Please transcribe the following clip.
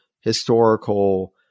historical